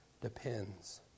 depends